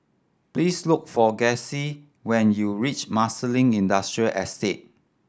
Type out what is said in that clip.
please look for Gussie when you reach Marsiling Industrial Estate